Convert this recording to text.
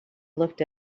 looked